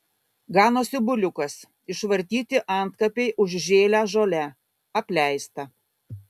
ganosi buliukas išvartyti antkapiai užžėlę žole apleista